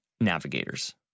navigators